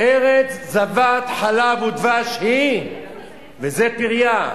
ארץ זבת חלב ודבש היא וזה פריה,